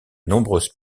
nombreuses